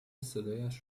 صدایش